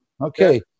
Okay